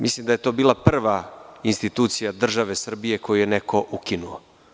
Mislim da je to bila prva institucija države Srbije koju je neko ukinuo.